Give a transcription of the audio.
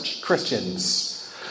Christians